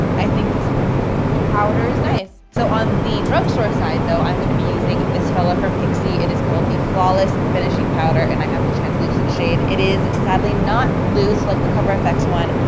i think this powder is nice. so on the drugstore side though, i'm going be using this fella from pixy. it is called the flawless finishing powder and i have the translucent shade. it is sadly not loose like the cover fx one.